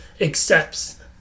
accepts